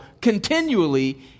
continually